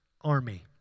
army